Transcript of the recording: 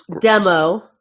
Demo